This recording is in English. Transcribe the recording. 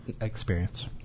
Experience